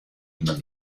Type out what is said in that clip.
immer